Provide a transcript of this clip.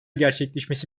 gerçekleşmesi